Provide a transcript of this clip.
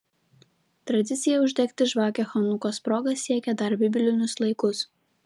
tradicija uždegti žvakę chanukos proga siekia dar biblinius laikus